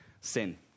Sin